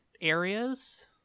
areas